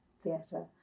theatre